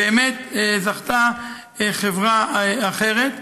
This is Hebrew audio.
באמת זכתה חברה אחרת,